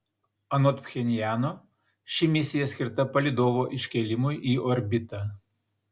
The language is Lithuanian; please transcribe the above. anot pchenjano ši misija skirta palydovo iškėlimui į orbitą